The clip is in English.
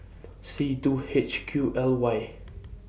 C two H Q L Y